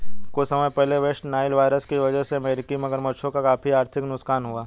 कुछ समय पहले वेस्ट नाइल वायरस की वजह से अमेरिकी मगरमच्छों का काफी आर्थिक नुकसान हुआ